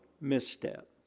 misstep